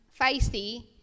feisty